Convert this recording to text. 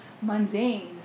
mundane